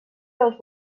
dels